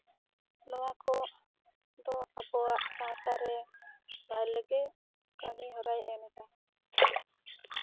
ᱟᱨ ᱱᱚᱣᱟ ᱠᱚᱫᱚ ᱟᱵᱚᱣᱟᱜ ᱥᱟᱶᱛᱟ ᱨᱮ ᱵᱷᱟᱞᱮᱜᱮ ᱠᱟᱹᱢᱤᱦᱚᱨᱟᱭ ᱮᱢᱫᱟ